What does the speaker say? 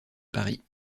paris